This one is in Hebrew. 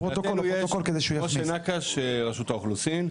משה נקש, רשות האוכלוסין.